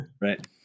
Right